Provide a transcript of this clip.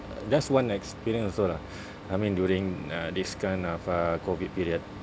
just one experience also lah I mean during uh this kind of uh COVID period